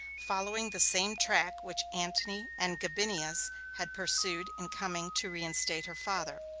following the same track which antony and gabinius had pursued in coming to reinstate her father.